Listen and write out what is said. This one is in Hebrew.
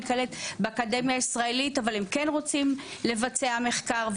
להיקלט באקדמיה הישראלית אבל הם כן רוצים לבצע מחקר,